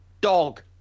dog